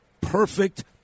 perfect